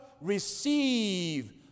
receive